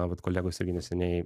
vat kolegos irgi neseniai